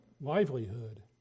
livelihood